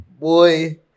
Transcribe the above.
Boy